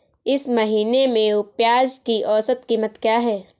इस महीने में प्याज की औसत कीमत क्या है?